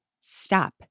stop